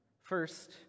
First